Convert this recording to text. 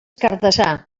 cardassar